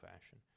fashion